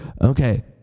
okay